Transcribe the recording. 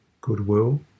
goodwill